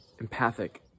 empathic